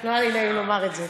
לא היה לי נעים לומר את זה.